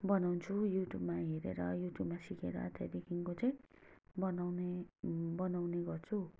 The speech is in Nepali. बनाउँछु युट्युबमा हेरेर युट्युबमा सिकेर त्यहाँदेखिको चाहिँ बनाउने बनाउने गर्छु